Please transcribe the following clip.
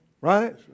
Right